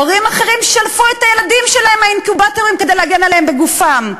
הורים אחרים שלפו את הילדים שלהם מהאינקובטורים כדי להגן עליהם בגופם,